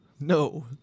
No